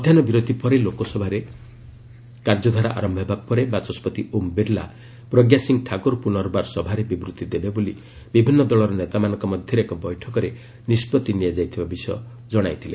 ମଧ୍ୟାହୁ ବିରତି ପରେ ଲୋକସଭାର କାର୍ଯ୍ୟଧାରା ଆରମ୍ଭ ହେବା ପରେ ବାଚସ୍କତି ଓମ୍ ବିର୍ଲା' ପ୍ରଜ୍ଞା ସିଂହ ଠାକୁର ପୁନର୍ବାର ସଭାରେ ବିବୃଭି ଦେବେ ବୋଲି ବିଭିନ୍ନ ଦଳର ନେତାମାନଙ୍କ ମଧ୍ୟରେ ଏକ ବୈଠକରେ ନିଷ୍କଭି ନିଆଯାଇଥିଲା ବୋଲି କହିଥିଲେ